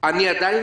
אני עדיין